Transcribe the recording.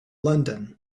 london